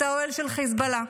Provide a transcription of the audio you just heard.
את האוהל של חיזבאללה.